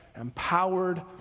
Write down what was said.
empowered